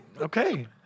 Okay